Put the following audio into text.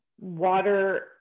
water